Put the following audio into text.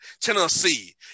Tennessee